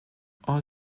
all